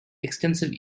extensive